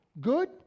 good